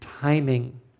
Timing